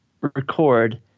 record